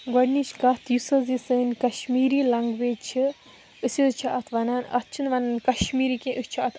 گۄڈنِچ کَتھ یُس حظ یہِ سٲنۍ کَشمیٖری لنٛگویج چھِ أسۍ حظ چھِ اَتھ وَنان اَتھ چھِنہٕ وَنان کَشمیٖری کینٛہہ أسۍ چھِ اَتھ